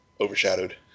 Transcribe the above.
overshadowed